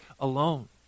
alone